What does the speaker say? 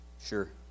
Sure